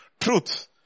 truth